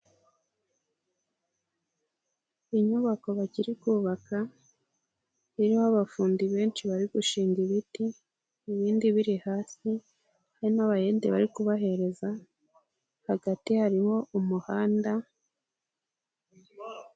Inyubako bakiri kubaka iriho abafundi benshi bari gushinga ibiti ibindi biri hasi, hari n'abayede bari kubahereza, hagati harimo umuhanda.